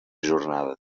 jornada